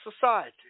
society